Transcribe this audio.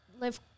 live